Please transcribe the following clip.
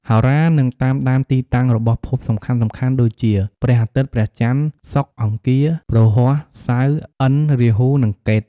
ហោរានឹងតាមដានទីតាំងរបស់ភពសំខាន់ៗដូចជា ព្រះអាទិត្យ ព្រះច័ន្ទ សុក្រ អង្គារ ព្រហស្បតិ៍ សៅរ៍ ឥន្ទ្រ រាហ៊ូ និងកេតុ។